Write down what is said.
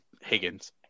Higgins